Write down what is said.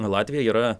o latvija yra